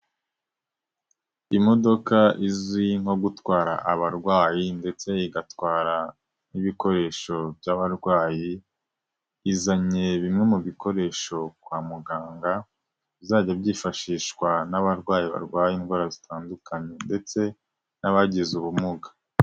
Imodoka izwi nko gutwara abarwayi ndetse igatwara nk'ibikoresho by'abarwayi izanye bimwe mu bikoresho kwa muganga bizajya byifashishwa n'abarwayi barwaye indwara zitandukanye ndetse n'abagize ubumuga.